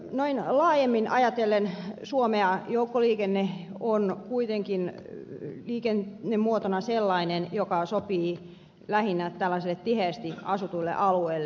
noin laajemmin ajatellen suomea joukkoliikenne on kuitenkin liikennemuotona sellainen joka sopii lähinnä tällaisille tiheästi asutuille alueille